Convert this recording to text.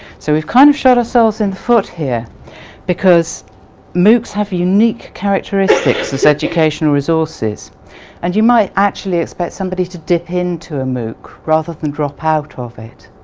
so we've kind of shot ourselves in the foot here because moocs have unique characteristics as educational resources and you might actually expect somebody to dip in to a mooc rather than drop out of it.